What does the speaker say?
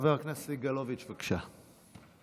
חבר הכנסת סגלוביץ', בבקשה.